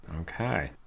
Okay